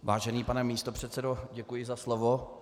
Vážený pane místopředsedo, děkuji za slovo.